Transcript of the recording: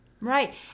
Right